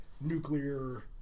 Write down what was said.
nuclear